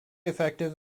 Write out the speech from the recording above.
effective